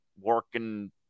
working